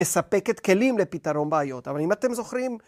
מספקת כלים לפתרון בעיות. ‫אבל אם אתם זוכרים...